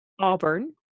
Auburn